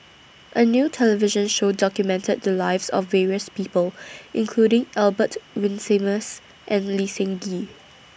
A New television Show documented The Lives of various People including Albert Winsemius and Lee Seng Gee